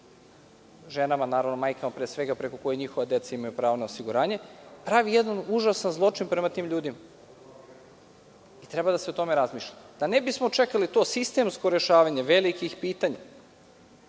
ženama i deci, majkama, pre svega, preko kojih njihova deca imaju pravo na osiguranje, pravi jedan užasan zločin prema tim ljudima. Treba da se razmišlja o tome. Da ne bismo čekali to sistemsko rešavanje velikih pitanja,